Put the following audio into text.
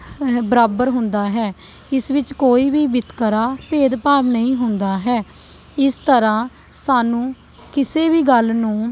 ਬਰਾਬਰ ਹੁੰਦਾ ਹੈ ਇਸ ਵਿੱਚ ਕੋਈ ਵੀ ਵਿਤਕਰਾ ਭੇਦ ਭਾਵ ਨਹੀਂ ਹੁੰਦਾ ਹੈ ਇਸ ਤਰ੍ਹਾਂ ਸਾਨੂੰ ਕਿਸੇ ਵੀ ਗੱਲ ਨੂੰ